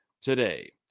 today